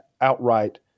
outright